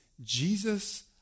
Jesus